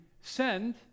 send